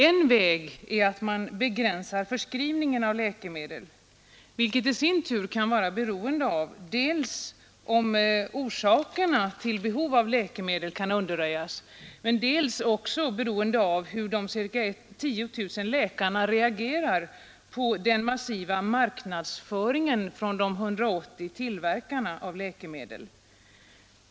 En väg är att begränsa förskrivningen av läkemedel, vilket i sin tur kan vara beroende av dels om orsakerna till behov av läkemedel kan undanröjas men dels också hur de ca 10 000 läkarna reagerar på den massiva marknadsföringen från de 180 tillverkarna av läkemedel.